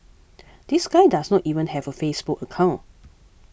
this guy does not even have a Facebook account